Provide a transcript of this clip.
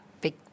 big